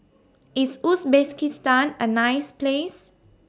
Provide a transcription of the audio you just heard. IS Uzbekistan A nice Place